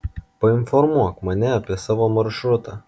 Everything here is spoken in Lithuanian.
painformuok mane apie savo maršrutą